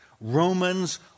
Romans